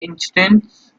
instance